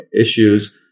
issues